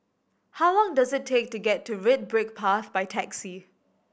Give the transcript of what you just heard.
how long does it take to get to Red Brick Path by taxi